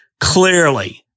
clearly